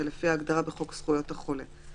זה לפי ההגדרה בחוק זכויות החולה.